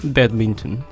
Badminton